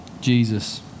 Jesus